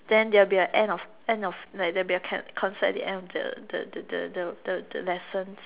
then there will be a end of end of like there'll be a cab Concert and the end of the the the the the lessons